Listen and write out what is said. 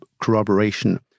corroboration